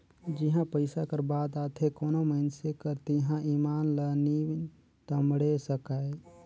जिहां पइसा कर बात आथे कोनो मइनसे कर तिहां ईमान ल नी टमड़े सकाए